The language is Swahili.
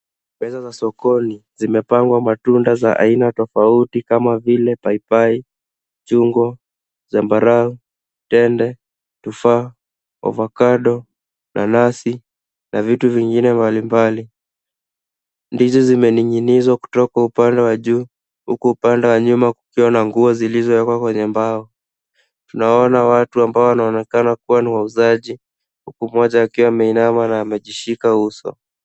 Pesa za sokoni zimepangwa matunda za aina tofauti kama vile paipai, chungo, zambarau, tende, tufaa, ovacado, nanasi na vitu vingine mbalimbali. Ndizi zimeninginizwa kutoka upande wa juu huku upande wa nyuma kukiwa na nguo zilizowekwa kwenye mbao. Tunawaona watu ambao wanaonekana kuwa ni wauzaji huku mmoja akiwa ameinama na amejishika uso.